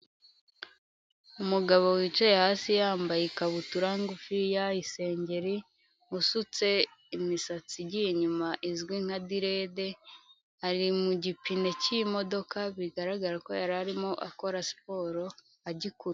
Umugabo wicaye hasi yambaye ikabutura ngufiya, isengeri, usutse imisatsi igiye inyuma izwi nka direde, ari mu gipe cy'imodoka bigaragara ko yari arimo akora siporo agikurura.